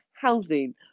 housing